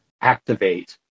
activate